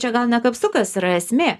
čia gal ne kapsukas yra esmė